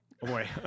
boy